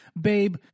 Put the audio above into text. Babe